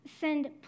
send